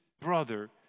brother